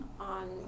on